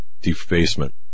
defacement